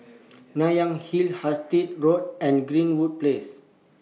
Nanyang Hill Hastings Road and Greenwood Place